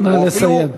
נא לסיים.